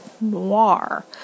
noir